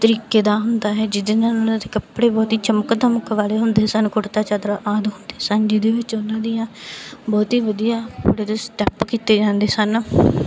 ਤਰੀਕੇ ਦਾ ਹੁੰਦਾ ਹੈ ਜਿਹਦੇ ਨਾਲ ਉਹਨਾਂ ਦੇ ਕੱਪੜੇ ਬਹੁਤ ਹੀ ਚਮਕ ਦਮਕ ਵਾਲੇ ਹੁੰਦੇ ਸਨ ਕੁੜਤਾ ਚਾਦਰਾ ਆਦਿ ਹੁੰਦੇ ਸਨ ਜਿਹਦੇ ਵਿੱਚ ਉਹਨਾਂ ਦੀਆਂ ਬਹੁਤ ਹੀ ਵਧੀਆ ਭੰਗੜੇ ਦੇ ਸਟੈਪ ਕੀਤੇ ਜਾਂਦੇ ਸਨ